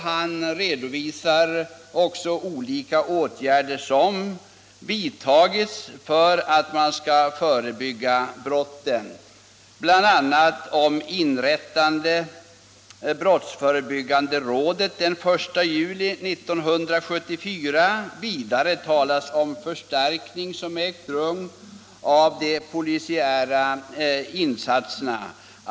Han redovisar också olika åtgärder som har vidtagits för att man skall förebygga brott, bl.a. inrättandet av det brottsförebyggande rådet den 1 juli 1974. Vidare talas det om förstärkning som ägt rum av de polisiära insatserna.